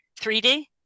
3D